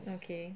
okay